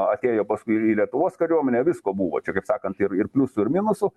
atėjo paskui į lietuvos kariuomenę visko buvo čia kaip sakant ir ir pliusų ir minusų